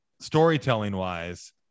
storytelling-wise